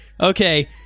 Okay